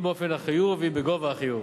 מוסף, אם באופן החיוב ואם בגובה החיוב.